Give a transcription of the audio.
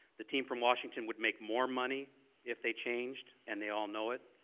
the team from washington would make more money if they changed and they all know it.